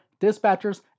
dispatchers